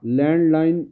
landline